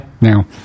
Now